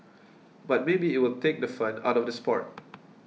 but maybe it will take the fun out of the sport